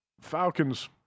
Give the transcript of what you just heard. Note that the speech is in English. Falcons